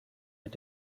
mit